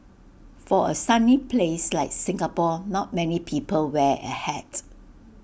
for A sunny place like Singapore not many people wear A hat